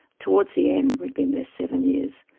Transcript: towards the end we had been there seven years.